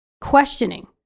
questioning